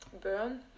burn